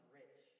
rich